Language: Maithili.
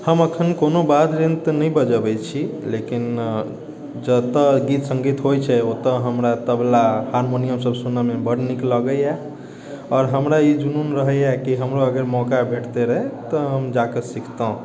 हम अखन कोनो वाद्य यन्त्र तऽ नहि बजबै छी लेकिन जेते गीत सङ्गीत होइ छै ओतय हमरा तबला हारमोनियम सभ सुनैमे बड्ड नीक लगैयै आओर हमरा ई जुनून रहैयै कि हमरो अगर मौका भेटतै रहै तऽ हम जाकऽ सिखतौंह